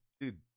dude